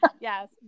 yes